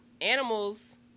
animals